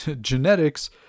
genetics